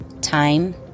time